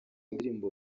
indirimbo